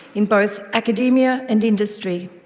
in both academia and industry,